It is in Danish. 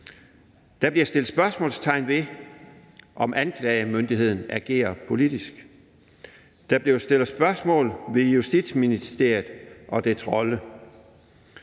Der bliver sat spørgsmålstegn ved, om anklagemyndigheden agerer politisk. Der bliver stillet spørgsmål ved Justitsministeriet og dets rolle.